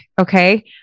Okay